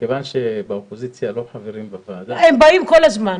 כיוון שבאופוזיציה לא חברים בוועדה --- הם באים כל הזמן.